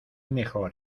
mejor